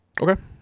okay